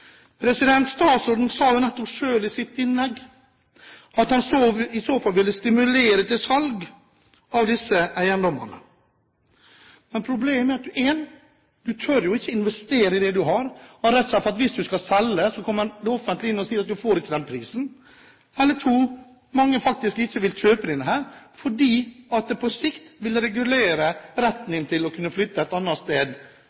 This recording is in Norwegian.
Statsråden sa nettopp selv i sitt innlegg at han i så fall ville stimulere til salg av disse eiendommene. Men problemet er 1) at du ikke tør å investere i det du har, av redsel for at hvis du skal selge, kommer det offentlige inn og sier at du får ikke den prisen, eller 2) at mange faktisk ikke vil kjøpe denne, fordi det på sikt vil regulere retten din til å kunne flytte til et annet sted